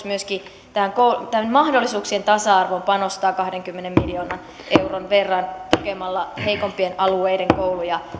myöskin tähän mahdollisuuksien tasa arvoon panostaa kahdenkymmenen miljoonan euron verran tukemalla heikompien alueiden kouluja